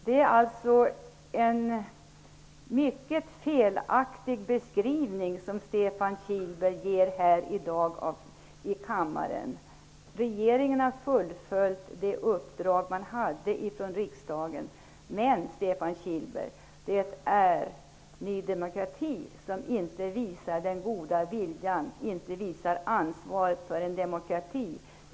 Stefan Kihlberg ger alltså här i dag i denna kammare en mycket felaktig beskrivning. Regeringen har fullföljt det uppdrag som man hade från riksdagen. Men, Stefan Kihlberg, det är Ny demokrati som inte visar den goda viljan och som inte tar ansvar för en demokrati.